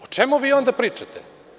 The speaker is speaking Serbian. O čemu vi onda pričate?